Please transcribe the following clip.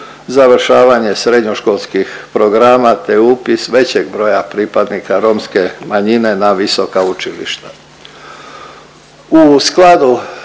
završavanje srednjoškolskih programa, te upis većeg broja pripadnika romske manjine na visoka učilišta.